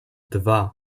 dwa